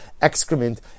excrement